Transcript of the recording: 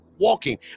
walking